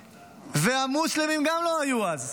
גם המוסלמים לא היו אז,